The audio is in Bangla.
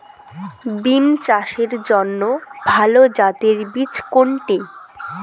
বিম চাষের জন্য ভালো জাতের বীজ কোনটি?